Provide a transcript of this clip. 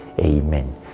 Amen